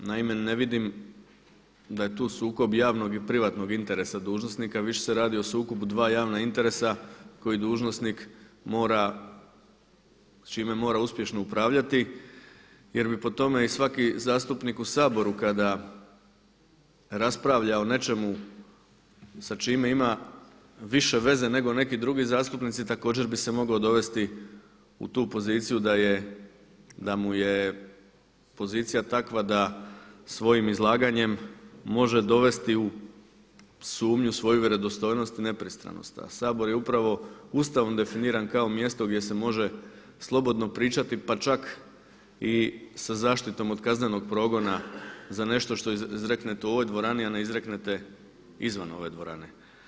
Naime, ne vidim da je tu sukob javnog i privatnog interesa dužnosnika, više se radi o sukobu dva javna interesa koje dužnosnik mora, s čime mora uspješno upravljati jer bi po tome i svaki zastupnik u Saboru kada raspravlja o nečemu s čime ima više veze nego neki drugi zastupnici također bi se moglo dovesti u tu poziciju da mu je pozicija takva da svojim izlaganjem može dovesti u sumnju svoju vjerodostojnost i nepristranost a Sabor je upravo Ustavom definiran kao mjesto gdje se može slobodno pričati pa čak i sa zaštitom od kaznenog progona za nešto što izreknete u ovoj dvorani a ne izreknete izvan ove dvorane.